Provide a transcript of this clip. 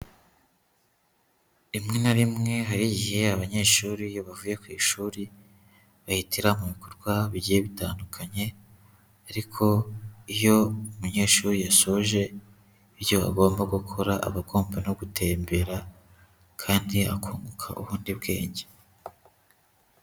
Rimwe na rimwe hari igihe abanyeshuri iyo bavuye ku ishuri, bahitira mu bikorwa bigiye bitandukanye ariko iyo umunyeshuri yashoje, ibyo agomba gukora aba agomba no gutembera kandi akunguka ubundi bwenge.